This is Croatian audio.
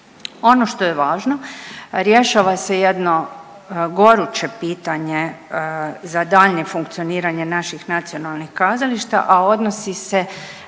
Ono što je važno, rješava se jedno goruće pitanje za daljnje funkcioniranje naših nacionalnih kazališta, a odnosi se